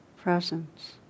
presence